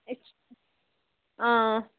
أسۍ چھِ آ